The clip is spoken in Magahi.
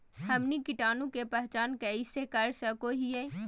हमनी कीटाणु के पहचान कइसे कर सको हीयइ?